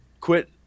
quit